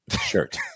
shirt